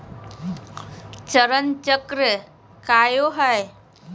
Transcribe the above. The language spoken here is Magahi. चरण चक्र काया है?